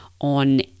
on